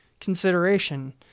consideration